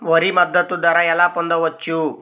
వరి మద్దతు ధర ఎలా పొందవచ్చు?